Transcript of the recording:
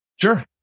Sure